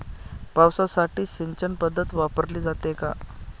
ऊसासाठी सिंचन पद्धत वापरली जाते का?